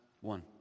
one